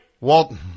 Walton